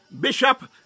Bishop